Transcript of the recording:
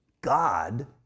God